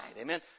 Amen